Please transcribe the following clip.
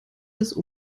des